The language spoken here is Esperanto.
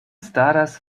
staras